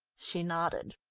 she nodded.